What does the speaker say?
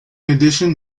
addition